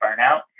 Burnout